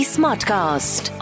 Smartcast